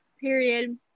Period